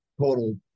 total